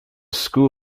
school